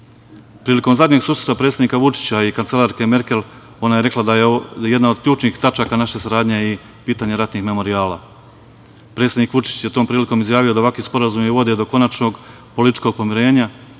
Evrope. Prilikom zadnjih susreta predsednika Vučića i kancelarke Merkel ona je rekla da je jedna od ključnih tačaka naše saradnje i pitanje ratnih memorijala. Predsednik Vučić je tom prilikom izjavio da ovakvi sporazumi vode do konačnog političkog pomirenja,